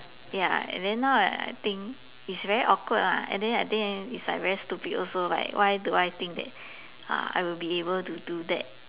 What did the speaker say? ya and then now I I think it's very awkward lah and then I think it's like very stupid also like why do I think that uh I will be able to do that